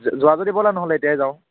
যোৱা যদি ব'লা নহ'লে এতিয়াই যাওঁ